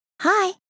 Hi